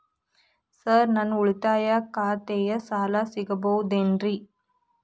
Sir ನನ್ನ ಉಳಿತಾಯ ಖಾತೆಯ ಸಾಲ ಸಿಗಬಹುದೇನ್ರಿ?